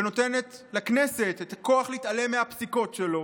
ונותנת לכנסת את הכוח להתעלם מהפסיקות שלו